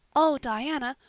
oh, diana,